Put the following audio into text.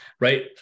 Right